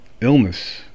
illness